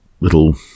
little